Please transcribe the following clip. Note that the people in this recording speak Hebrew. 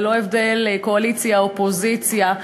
ללא הבדל קואליציה אופוזיציה.